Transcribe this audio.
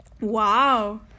Wow